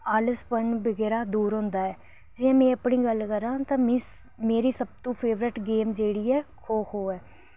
आलसपन बगैरा दूर होंदा ऐ जि'यां मैं अपनी गल्ल करां तां मैं मेरी सबतो फेवरेट गेम जेह्ड़ी ऐ खो खो ऐ